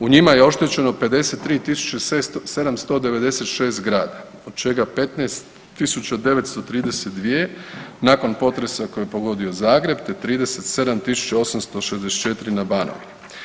U njima je oštećeno 53 796 zgrada, od čega 15 932 nakon potresa koji je pogodio Zagreb te 37 864 na Banovini.